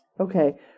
Okay